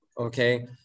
Okay